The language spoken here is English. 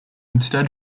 instead